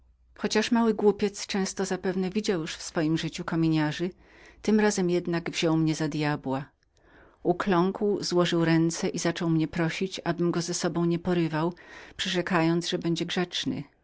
chociaż mały głupiec często zapewne widział już w swojem życiu kominiarzy tym razem jednak wziął mnie za djabła ukląkł złożył ręce i zaczął mnie prosić abym go z sobą nie porywał przyrzekając że będzie grzecznym